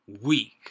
week